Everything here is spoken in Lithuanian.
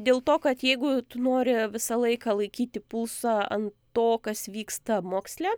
dėl to kad jeigu tu nori visą laiką laikyti pulsą an to kas vyksta moksle